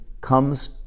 comes